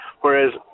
Whereas